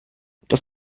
doch